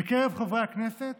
בקרב חברי הכנסת